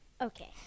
Okay